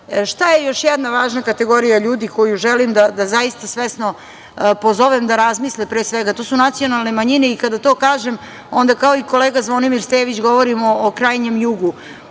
je još jedna važna kategorija ljudi koju želim da zaista svesno pozovem da razmisle? Pre svega, to su nacionalne manjine i kada to kažem, onda kao i kolega Zvonimir Stević, govorimo o krajnjem Jugu,